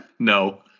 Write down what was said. No